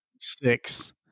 six